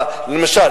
למשל,